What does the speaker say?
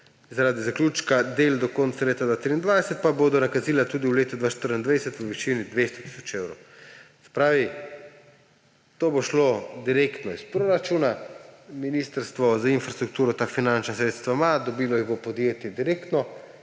zaradi zaključka del do konca leta 2023 pa bodo nakazila tudi v letu 2024 v višini 200 tisoč evrov. To bo šlo direktno iz proračuna. Ministrstvo za infrastrukturo ta finančna sredstva ima, dobilo jih bo podjetje direktno